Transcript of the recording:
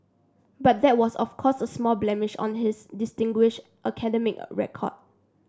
but that was of course a small blemish on his distinguished academic record